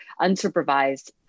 unsupervised